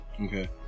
Okay